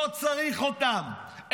לא צריך אותם,